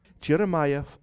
Jeremiah